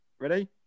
ready